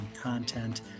content